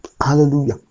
Hallelujah